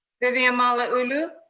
vivian malauulu.